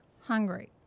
hungry